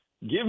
give